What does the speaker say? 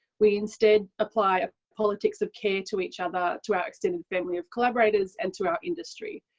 we instead apply politics of care to each other, to our extended family of collaborators and to our industry.